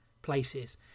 Places